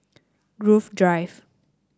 Grove Drive